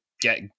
get